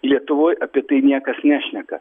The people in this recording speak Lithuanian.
lietuvoj apie tai niekas nešneka